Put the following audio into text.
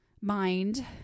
mind